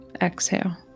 exhale